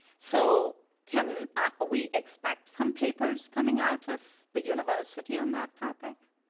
so can ah we expect some papers coming out of the university on that topic?